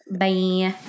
bye